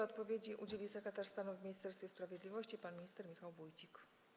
Odpowiedzi udzieli sekretarz stanu w Ministerstwie Sprawiedliwości pan minister Michał Wójcik.